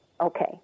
Okay